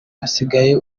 hasigaye